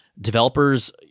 developers